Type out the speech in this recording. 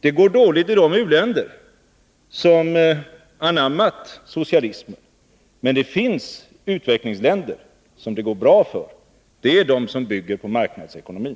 Det går dåligt i de u-länder som anammat socialismen. Men det finns u-länder som det går bra för, sådana som bygger på marknadsekonomin.